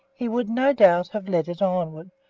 he would, no doubt, have led it onward,